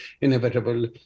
inevitable